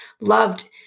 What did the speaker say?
loved